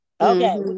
Okay